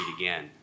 again